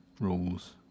rules